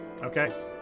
Okay